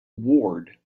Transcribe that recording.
ward